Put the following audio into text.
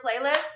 playlist